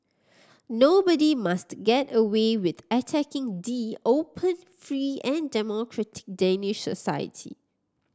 nobody must get away with attacking the open free and democratic Danish society